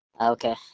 Okay